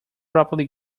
properly